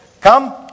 Come